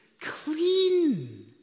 clean